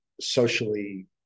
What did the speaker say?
socially